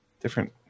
Different